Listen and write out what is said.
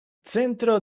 centro